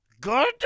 Good